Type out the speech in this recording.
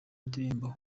indirimbo